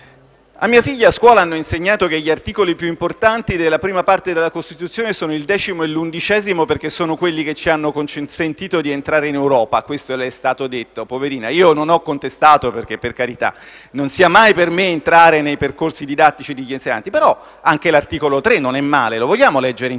A mia figlia a scuola hanno insegnato che gli articoli più importanti della prima parte della Costituzione sono il decimo e l'undicesimo, perché sono quelli che ci hanno consentito di entrare in Europa. Questo le è stato detto, poverina. Io non l'ho contestato, perché per carità! Non sia mai per me entrare nei percorsi didattici degli insegnanti. Però anche l'articolo 3 non è male. Lo vogliamo leggere insieme?